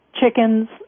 chickens